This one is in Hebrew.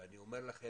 כפי שנאמר,